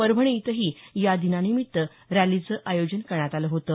परभणी इथंही या दिनानिमित्त रॅलीचं आयोजन करण्यात आलं होतं